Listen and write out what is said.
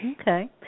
Okay